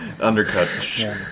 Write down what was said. Undercut